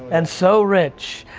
and so rich,